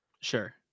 sure